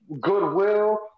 goodwill